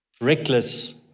reckless